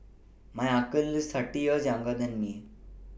my uncle is thirty years younger than me